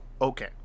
okay